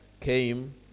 came